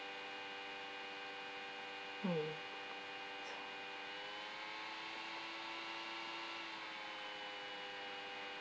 mm